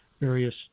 various